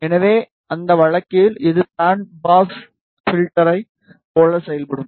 எனவே அந்த வழக்கில் இது பேண்ட் பாஸ் பில்டர்யை போல செயல்படும்